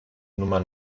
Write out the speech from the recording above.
nummer